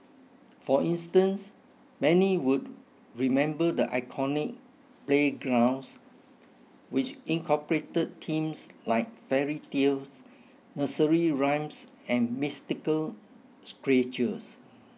for instance many would remember the iconic playgrounds which incorporated themes like fairy tales nursery rhymes and mythical creatures